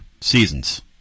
seasons